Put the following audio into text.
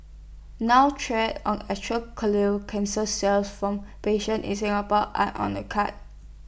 now trials on actual colon cancer cells from patients in Singapore are on the cards